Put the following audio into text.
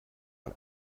man